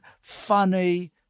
funny